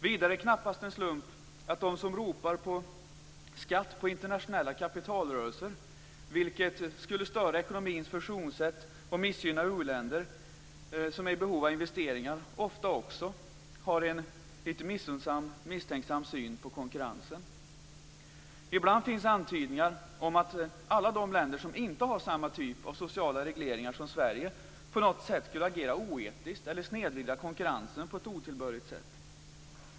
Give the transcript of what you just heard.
Vidare är det knappast en slump att de som ropar på skatt på internationella kapitalrörelser, vilket skulle störa ekonomins funktionssätt och missgynna u-länder som är i behov av investeringar, ofta också har en lite missunnsam misstänksam syn på konkurrensen. Ibland finns antydningar om att alla de länder som inte har samma typ av sociala regleringar som Sverige på något sätt skulle agera oetiskt eller snedvrida konkurrensen på ett otillbörligt sätt.